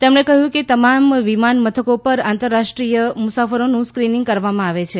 તેમણે કહ્યું કે તમામ વિમાન મથકો પર આંતરરાષ્ટ્રીય મુસાફરોનું સ્ક્રીનીગ કરવામાં આવે છે